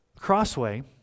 Crossway